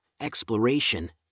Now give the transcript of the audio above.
exploration